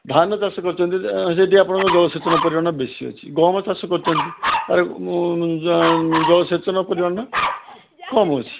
ଧାନ ଚାଷ କରିଛନ୍ତି ତ ସେଠି ଆପଣଙ୍କ ଜଳସେଚନର ପରିମାଣ ବେଶୀ ଅଛି ଗହମ ଚାଷ କରିଛନ୍ତି ତାହେଲେ ଜଳସେଚନ ପରିମାଣ କମ୍ ଅଛି